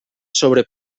sobre